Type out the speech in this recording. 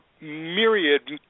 myriad